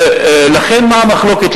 מה המחלוקת,